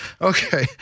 Okay